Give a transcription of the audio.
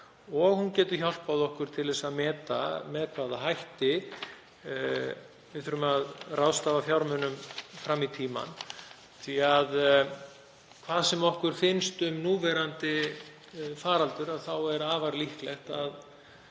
og hún getur hjálpað okkur að meta með hvaða hætti við þurfum að ráðstafa fjármunum fram í tímann því að hvað sem okkur finnst um núverandi faraldur er afar líklegt að